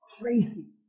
crazy